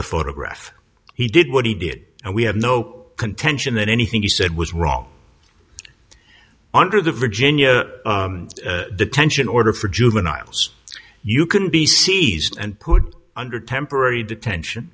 the photograph he did what he did and we have no contention that anything he said was wrong under the virginia detention order for juveniles you can be seized and put under temporary detention